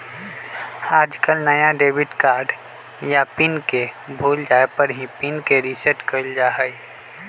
आजकल नया debit card या पिन के भूल जाये पर ही पिन के रेसेट कइल जाहई